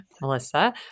Melissa